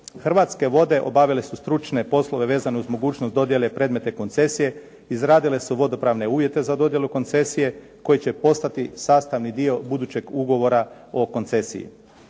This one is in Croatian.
Hrvatske vode obavile su stručne poslove vezane uz mogućnost dodjele predmetne koncesije, izradile su vodopravne uvjete za dodjelu koncesije koji će postati sastavni dio budućeg ugovora o koncesiji.